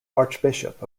archbishop